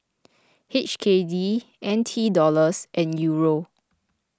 H K D N T Dollars and Euro